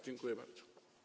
Dziękuję bardzo.